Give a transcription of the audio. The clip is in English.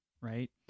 right